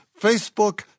Facebook